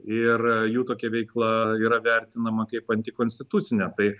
ir jų tokia veikla yra vertinama kaip antikonstitucinė tai